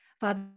Father